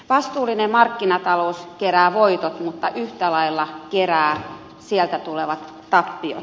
vastuullinen markkinatalous kerää voitot mutta yhtä lailla kerää tulevat tappiot